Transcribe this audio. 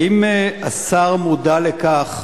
האם השר מודע לכך